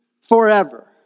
forever